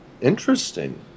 Interesting